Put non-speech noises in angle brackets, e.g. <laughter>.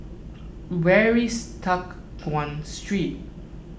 <noise> where is Teck Guan Street